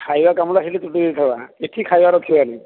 ଖାଇବା କାମଟା ଖାଲି ତୁଟେଇ ଦେଇଥିବା ଏଇଠି ଖାଇବା ରଖିବାନି